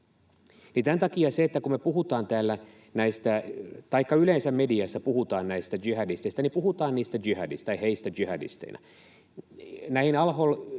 Tämän takia kun me puhutaan täällä taikka yleensä mediassa puhutaan näistä jihadisteista, niin puhutaan heistä jihadisteina. Näihin al-Holissa